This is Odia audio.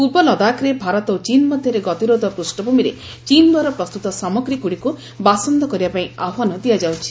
ପୂର୍ବ ଲଦାଖରେ ଭାରତ ଓ ଚୀନ୍ ମଧ୍ୟରେ ଗତିରୋଧ ପୃଷ୍ଣଭୂମିରେ ଚୀନ ଦ୍ୱାରା ପ୍ରସ୍ତୁତ ସାମଗ୍ରୀଗୁଡିକୁ ବାସନ୍ଦ କରିବା ପାଇଁ ଆହ୍ପାନ ଦିଆଯାଉଛି